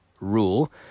rule